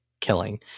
killing